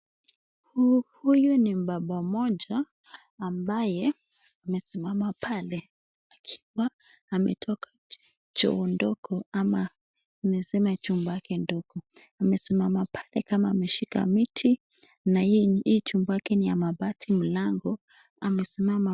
Huyu ni mubaba mmoja, ambaye amesimama pale akiwa ametoka choo ndogo ama niseme chumba yake ndogo. Amesimama pale kama ameshika miti na hii chumba yake ni ya mabati mlango amesimama.